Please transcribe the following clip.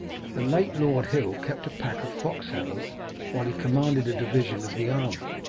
that the late lord hill kept a pack of foxhounds while he commanded a division of the army.